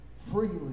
freely